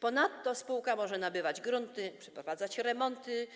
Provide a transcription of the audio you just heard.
Ponadto spółka może nabywać grunty, przeprowadzać remonty